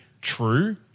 true